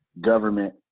government